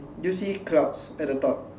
do you clouds at the top